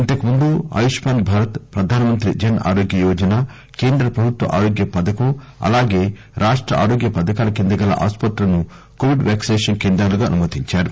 ఇంతకు ముందు ఆయుష్మాన్ భారత్ ప్రధానమంత్రి జన్ ఆరోగ్య యోజన కేంద్రప్రభుత్వ ఆరోగ్య పథకం అలాగే రాష్ట ఆరోగ్య పథకాల కిందగల ఆస్సత్రులను కోవిడ్ వాక్సినేషన్ కేంద్రాలుగా అనుమతించారు